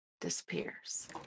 disappears